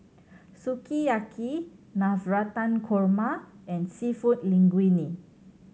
Sukiyaki Navratan Korma and Seafood Linguine